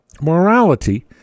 Morality